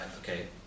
okay